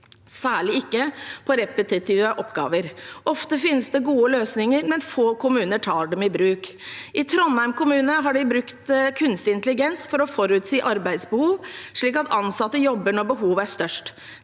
særlig ikke på repetitive oppgaver. Ofte finnes det gode løsninger, men få kommuner tar dem i bruk. I Trondheim kommune har de brukt kunstig intelligens for å forutsi arbeidsbehov, slik at ansatte jobber når behovet er størst.